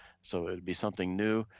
so it'll be something new,